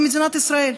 במדינת ישראל.